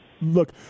look